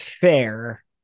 fair